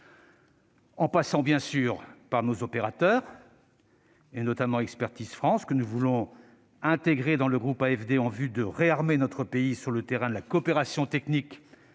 de passer, bien sûr, par nos opérateurs, notamment par Expertise France que nous voulons enfin intégrer dans le groupe AFD en vue de réarmer notre pays sur le terrain de la coopération technique,